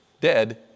dead